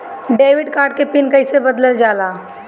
Debit card के PIN कईसे बदलल जाला?